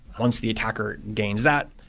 once the attacker gains that,